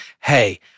hey